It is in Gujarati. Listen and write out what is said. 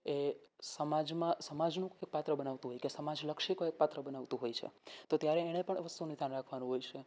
એ સમાજમાં સમાજનું કોઈ પાત્ર બનાવતો હોય છે કે કોઈ સમાજલક્ષી પાત્ર બનાવતું હોય છે તો ત્યારે પણ એને વસ્તુનું ધ્યાન રાખવાનું હોય છે